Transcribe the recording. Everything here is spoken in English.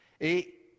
Et